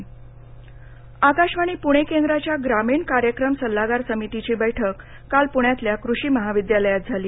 आकाशवाणी बैठकः आकाशवाणी पुणे केंद्राच्या ग्रामीण कार्यक्रम सल्लागार समितीची बैठक काल पृण्यातल्या कृषी महाविदयालयात झाली